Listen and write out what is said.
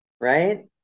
right